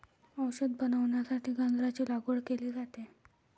औषध बनवण्यासाठी गांजाची लागवड केली जाते